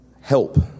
help